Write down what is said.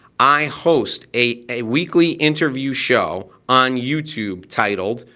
i host a a weekly interview show on youtube titled,